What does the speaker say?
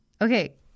okay